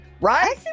right